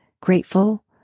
grateful